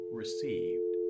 received